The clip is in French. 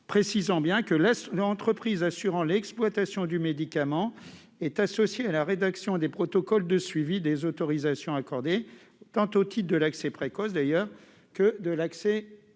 préciser que l'entreprise assurant l'exploitation du médicament est associée à la rédaction des protocoles de suivi des autorisations accordées, tant dans le cadre de l'accès précoce que dans celui de l'accès